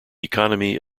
economy